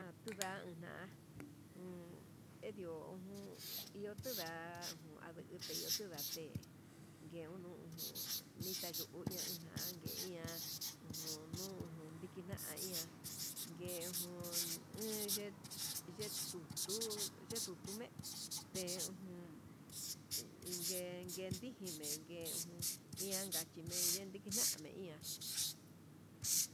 Natunda una'a un dio jun iho tuda'a ujun ande iho tunda'a ndate ngue uun ujun nayuu hu iha angue, ndeia ujun nuu ujun ndina'a iha yejun iun ye'e yee tutu ye'e tutumete ujun ndengue kendijeme ndegue, ian chime'e yende kena'a name iha.